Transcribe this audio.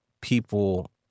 People